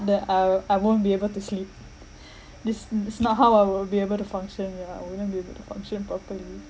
there I I won't be able to sleep this this not how I will be able to function ya I wouldn't be able to function properly